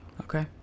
okay